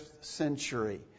century